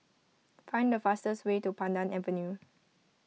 find the fastest way to Pandan Avenue